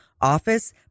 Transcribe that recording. office